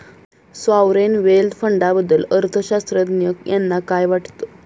Sovereign wealth फंडाबद्दल अर्थअर्थशास्त्रज्ञ यांना काय वाटतं?